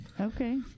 Okay